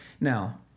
Now